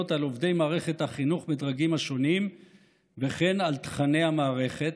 על עובדי מערכת החינוך בדרגים השונים וכן על תוכני המערכת,